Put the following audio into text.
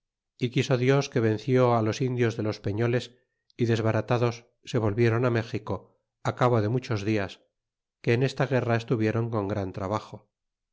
y quiso dios que venció los indios de los palotes y desbaratados se volvieron me xico cabo de muchos dias que en esta guerra estuvieron con gran trabajo